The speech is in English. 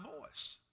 voice